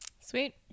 Sweet